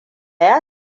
ya